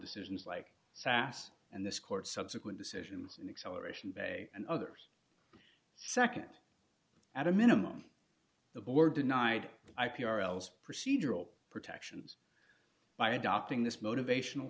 decisions like sas and this court subsequent decisions in acceleration bay and others nd at a minimum the board denied i p r else procedural protections by adopting this motivational